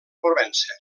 provença